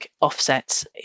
offsets